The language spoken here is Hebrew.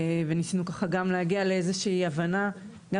וניסינו ככה גם להגיע לאיזה שהיא הבנה גם